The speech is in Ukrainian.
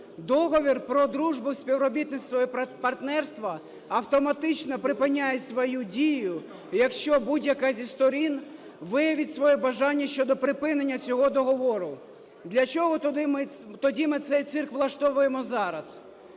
Договір про дружбу, співробітництво і партнерство автоматично припиняє свою дію, якщо будь-яка зі сторін виявить своє бажання щодо припинення цього договору. Для чого тоді ми цей цирк влаштовуємо зараз?